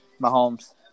Mahomes